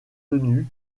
tenue